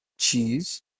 cheese